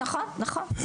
נכון, נכון.